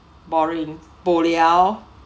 boring bo liao